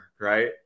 Right